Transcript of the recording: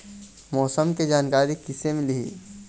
मौसम के जानकारी किसे मिलही?